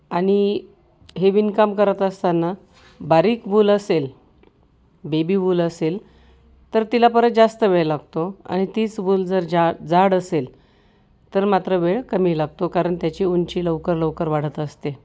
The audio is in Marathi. आणि हे विणकाम करत असताना बारीक वूल असेल बेबी वूल असेल तर तिला परत जास्त वेळ लागतो आणि तीच वूल जर जा जाड असेल तर मात्र वेळ कमी लागतो कारण त्याची उंची लवकर लवकर वाढत असते